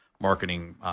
marketing